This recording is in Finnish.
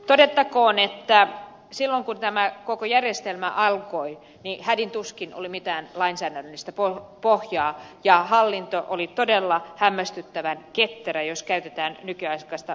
todettakoon että silloin kun tämä koko järjestelmä alkoi oli hädin tuskin mitään lainsäädännöllistä pohjaa ja hallinto oli todella hämmästyttävän ketterä jos käytetään nykyaikaista sanontaa